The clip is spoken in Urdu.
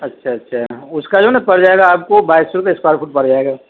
اچھا اچھا اس کا جو ہے نا پڑ جائے گا آپ کو بائیس سو روپے اسکوائر فٹ پڑ جائے گا